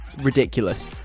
ridiculous